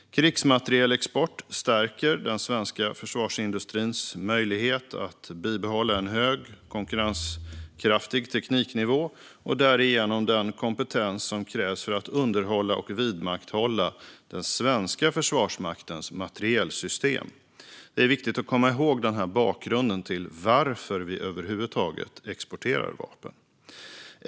Krigsmaterielexporten stärker den svenska försvarsindustrins möjligheter att bibehålla en hög, konkurrenskraftig tekniknivå och därigenom den kompetens som krävs för att underhålla och vidmakthålla den svenska Försvarsmaktens materielsystem. Det är viktigt att komma ihåg den här bakgrunden till varför vi över huvud taget exporterar vapen.